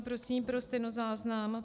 Prosím pro stenozáznam.